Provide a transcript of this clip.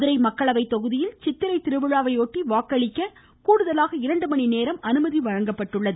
மதுரை மக்களவை தொகுதியில் சித்திரை திருவிழாவையொட்டி வாக்களிக்க கூடுதலாக இரண்டுமணிநேரம் அனுமதி வழங்கப்பட்டுள்ளது